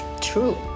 true